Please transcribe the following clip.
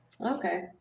Okay